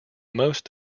most